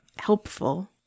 helpful